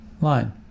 line